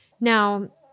Now